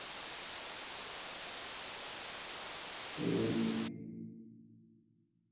మీరు నాకు బిల్ చేసి పంపిస్తే నా నెంబర్ కాల్ చేస్తే నేను గూగుల్ పే ఫోన్ పే చేస్తా పంపించేస్తా